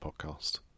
podcast